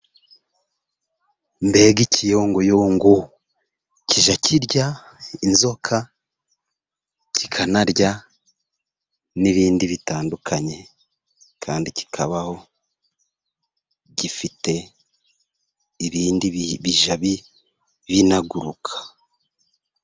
Mbega ikiyongoyongo! Kijya kirya inzoka, kikanarya n'ibindi bitandukanye, kandi kikabaho gifite ibindi bijya binaguruka.